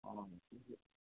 অঁ